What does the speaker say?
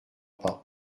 pas